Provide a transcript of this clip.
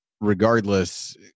regardless